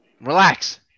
Relax